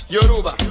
Yoruba